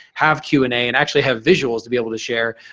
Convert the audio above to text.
have q and a and actually have visuals to be able to share.